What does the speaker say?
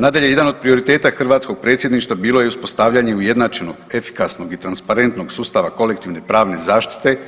Nadalje, jedan od prioriteta hrvatskog predsjedništva bilo je uspostavljanje ujednačenog, efikasnog i transparentnog sustava kolektivne pravne zaštite